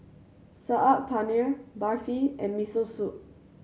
Saag Paneer Barfi and Miso Soup